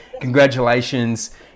Congratulations